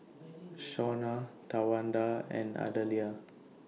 Shawna Towanda and Adelia